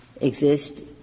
exist